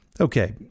Okay